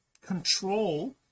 control